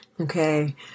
Okay